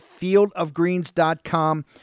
fieldofgreens.com